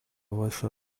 ваше